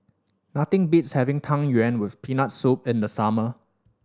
nothing beats having Tang Yuen with Peanut Soup in the summer